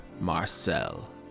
Marcel